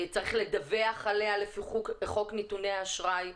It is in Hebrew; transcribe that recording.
צריך לדווח עליה לפי חוק נתוני האשראי,